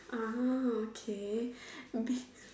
(uh huh) okay